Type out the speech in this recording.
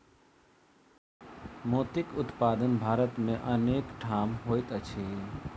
मोतीक उत्पादन भारत मे अनेक ठाम होइत अछि